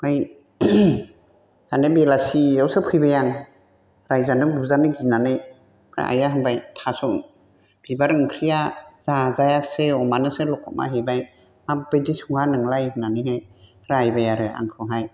ओमफ्राय दाना बेलासियावसो फैबाय आं रायजानो बुजानो गिनानै ओमफ्राय आइआ होनबाय थास' बिबार ओंख्रिया जाजायासै अमानोसो लखबनानै हैबाय माबबायदि सङा नोंलाय होननानैहाय रायबाय आरो आंखौहाय